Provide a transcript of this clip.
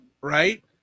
right